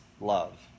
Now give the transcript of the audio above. love